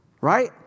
right